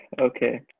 Okay